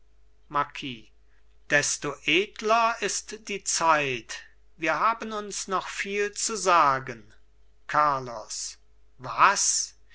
marquis desto edler ist die zeit wir haben uns noch viel zu sagen carlos was